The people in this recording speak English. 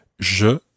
Je